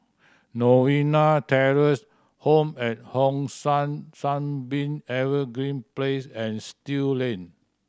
Novena Terrace Home at Hong San Sunbeam Evergreen Place and Still Lane